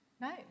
No